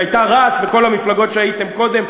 שהייתה רצ וכל המפלגות שהייתם קודם,